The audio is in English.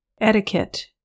Etiquette